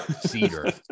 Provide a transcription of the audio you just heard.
cedar